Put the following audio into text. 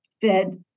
Fed